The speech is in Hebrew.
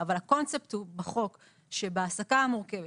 אבל הקונספט הוא בחוק שבהעסקה המורכבת,